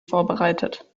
vorbereitet